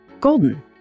golden